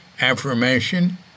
Affirmation